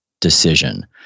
decision